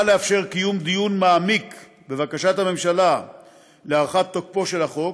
לאפשר קיום דיון מעמיק בבקשת הממשלה להארכת תוקפו של החוק,